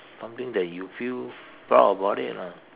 something that you feel proud about it lah